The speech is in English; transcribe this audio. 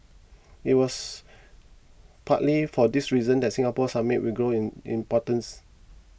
it was partly for this reason that Singapore Summit will grow in importance